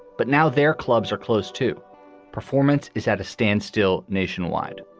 but now their clubs are close to performance, is at a standstill nationwide.